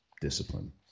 discipline